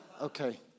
Okay